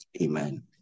Amen